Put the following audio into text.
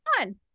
on